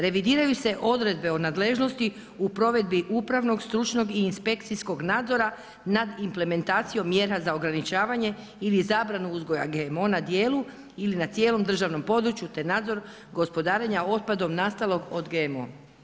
Revidiraju se odredbe o nadležnosti u provedbi upravnog, stručnog i inspekcijskog nadzora nad implementacijom mjera za ograničavanje ili zabrane uzgoja GMO na djelu ili na cijelom državnom području ne nadzor gospodarenja otpadom nastalog od GMO.